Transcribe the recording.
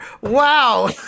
Wow